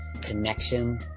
connection